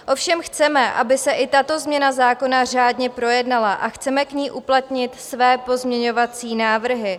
Ovšem chceme, aby se i tato změna zákona řádně projednala, a chceme k ní uplatnit své pozměňovací návrhy.